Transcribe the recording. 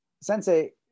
sensei